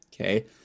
Okay